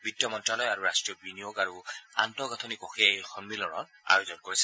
বিত্তমন্ত্যালয় আৰু ৰাষ্ট্ৰীয় বিনিয়োগ আৰু আন্তঃগাথনি কোষে এই সন্মিলনৰ আয়োজন কৰিছে